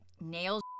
nails